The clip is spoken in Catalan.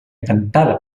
cantada